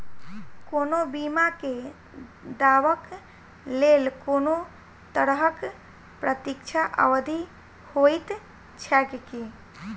कोनो बीमा केँ दावाक लेल कोनों तरहक प्रतीक्षा अवधि होइत छैक की?